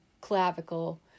clavicle